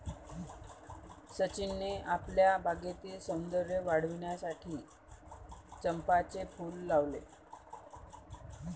सचिनने आपल्या बागेतील सौंदर्य वाढविण्यासाठी चंपाचे फूल लावले